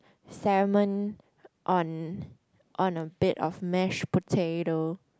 salmon on on a bed of mashed potato